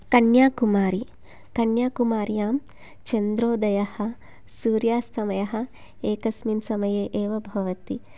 कन्याकुमारी कन्याकुमारीयां चन्द्रोदयः सूर्यास्तमयः एकस्मिन् समये एव भवति